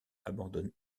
abandonne